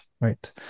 right